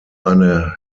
eine